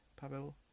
pavel